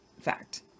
fact